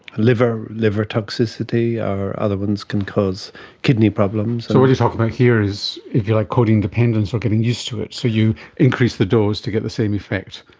liver liver toxicity or other ones can cause kidney problems. so what you're talking about here is like codeine dependence or getting used to it, so you increase the dose to get the same effect,